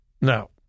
Now